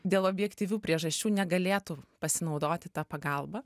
dėl objektyvių priežasčių negalėtų pasinaudoti ta pagalba